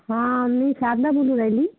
हा मी शारदा बोलून राहिली